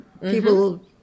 People